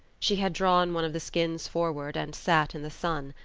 she had drawn one of the skins forward and sat in the sun,